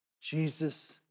Jesus